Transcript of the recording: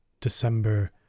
December